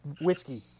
whiskey